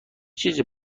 چیزی